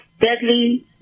deadly